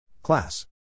Class